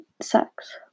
Sucks